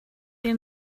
they